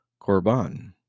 korban